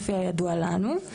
לפי הידוע לנו.